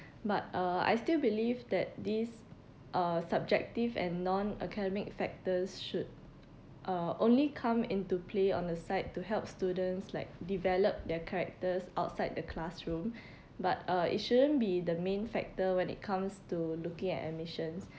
but uh I still believe that these are subjective and non-academic factors should uh only come into play on the side to help students like develop their characters outside the classroom but uh it shouldn't be the main factor when it comes to looking at admissions